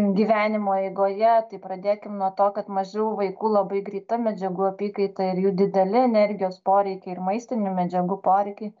gyvenimo eigoje tai pradėkim nuo to kad mažų vaikų labai greita medžiagų apykaita ir jų dideli energijos poreikiai ir maistinių medžiagų poreikiai